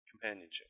companionship